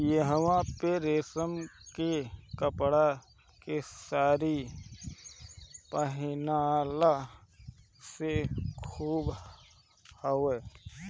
इहवां पे रेशम के कपड़ा के सारी पहिनला के खूबे हवे